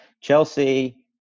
Chelsea